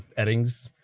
eddings.